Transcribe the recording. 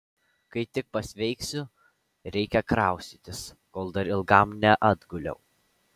kai tik pasveiksiu reikia kraustytis kol dar ilgam neatguliau